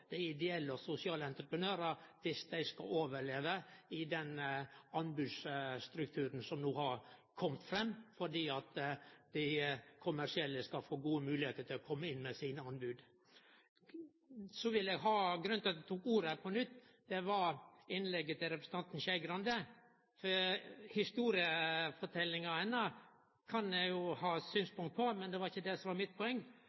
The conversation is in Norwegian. dei ideelle og sosiale entreprenørane om dei skal overleve i den anbodsstrukturen som no har kome fram, for at dei kommersielle skal få gode moglegheiter til å kome inn med sine anbod. Grunnen til at eg tok ordet på nytt, var innlegget til representanten Skei Grande. Historieforteljinga hennar kan eg ha